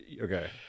Okay